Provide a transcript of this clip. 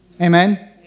Amen